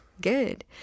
Good